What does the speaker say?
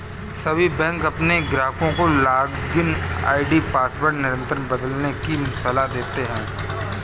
सभी बैंक अपने ग्राहकों को लॉगिन आई.डी पासवर्ड निरंतर बदलने की सलाह देते हैं